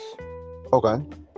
Okay